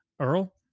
Earl